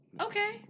Okay